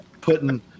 putting